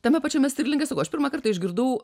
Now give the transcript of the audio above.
tame pačiame stirlinge sakau aš pirmą kartą išgirdau